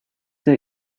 the